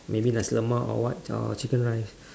maybe nasi lemak or what or chicken rice